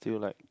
till like